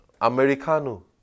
Americano